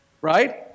Right